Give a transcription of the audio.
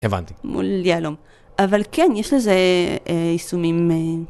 אבל כן יש לזה ישומים.